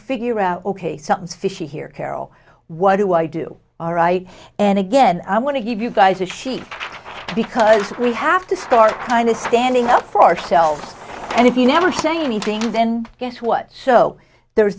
figure out ok something's fishy here carol what do i do all right and again i want to give you guys a sheet because we have to start kind of standing up for ourselves and if you never say anything then guess what so there